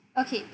okay